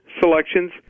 selections